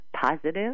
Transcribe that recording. positive